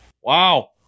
wow